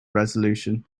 resolution